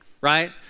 right